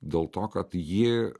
dėl to kad ji